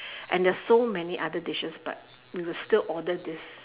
and there are so many other dishes but we will still order this